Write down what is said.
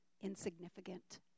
insignificant